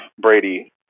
Brady –